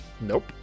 Nope